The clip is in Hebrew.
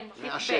כן, סעיף (ב).